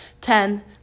ten